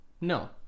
No